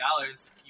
dollars